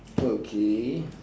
okay